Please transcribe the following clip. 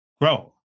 grow